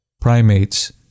primates